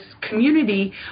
community